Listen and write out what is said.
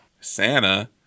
Santa